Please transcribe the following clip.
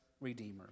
redeemer